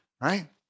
right